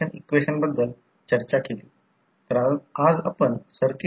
तर emf पर turn E1 N1 E2 N2 15 म्हणून दिले जाते N1 E1 15 म्हणजे V1 E1 देखील आहे